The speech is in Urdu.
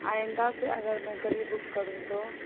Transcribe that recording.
آئندہ سے اگر میں کبھی بک کروں تو